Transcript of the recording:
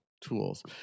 tools